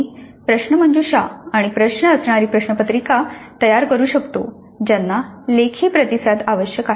मी प्रश्नमंजुषा आणि प्रश्न असणारी प्रश्नपत्रिका तयार करू शकतो ज्यांना लेखी प्रतिसाद आवश्यक आहे